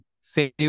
save